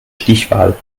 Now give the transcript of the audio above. stichwahl